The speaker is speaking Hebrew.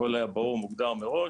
הכול היה ברור, מוגדר מראש,